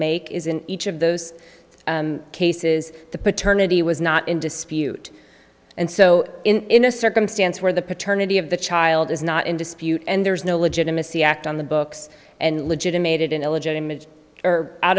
make is in each of those cases the paternity was not in dispute and so in a circumstance where the paternity of the child is not in dispute and there is no legitimacy act on the books and legitimated an illegitimate or out